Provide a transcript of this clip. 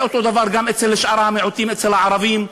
זה אותו דבר גם אצל שאר המיעוטים, אצל הערבים.